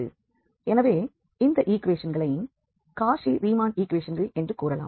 எனவே இந்த ஈக்குவேஷன்களை காச்சி ரீமான் ஈக்குவேஷன்கள் என்று கூறலாம்